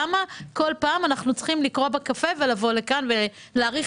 למה כל פעם אנחנו צריכים לקרוא בקפה ולבוא לכאן ולהאריך